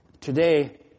Today